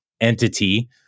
entity